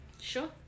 Sure